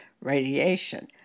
radiation